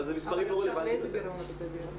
אלא כנראה כל צעד שיוכרז עליו מבחינת המשק,